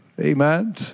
Amen